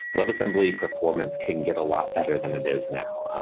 web assembly performance can get a lot better than it is now.